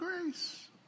grace